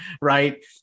Right